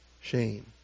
shame